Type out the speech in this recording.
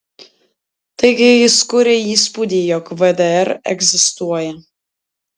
taigi jis kuria įspūdį jog vdr egzistuoja